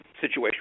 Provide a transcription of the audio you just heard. situation